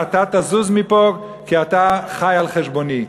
אתה תזוז מפה כי אתה חי על חשבוני.